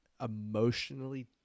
emotionally